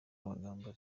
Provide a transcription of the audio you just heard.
amagambo